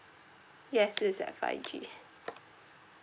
yes it is at five G